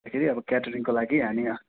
गर्दाखेरि अब क्याटारिङको लागि हामी